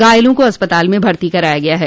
घायलों को अस्पताल में भर्ती कराया गया है